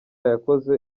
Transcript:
yakoze